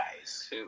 guys